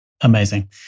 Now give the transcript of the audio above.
Amazing